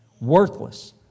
worthless